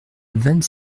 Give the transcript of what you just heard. vingt